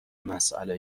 مسئله